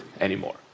anymore